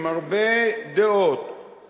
עם הרבה דעות,